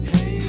Hey